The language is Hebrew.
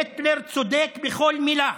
היטלר צודק בכל מילה.